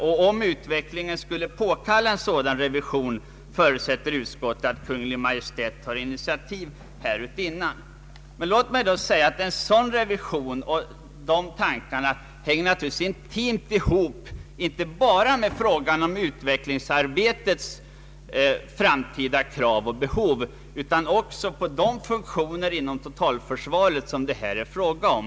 Om utvecklingen skulle påkalla en sådan revision, förutsätter utskottet, att Kungl. Maj:t tar initiativ härutinnan. Men låt mig säga att en sådan revision och att dessa tankar naturligtvis intimt hänger ihop inte bara med frågan om utvecklingsarbetets framtida krav och behov utan också med de funktioner inom totalförsvaret som det här är fråga om.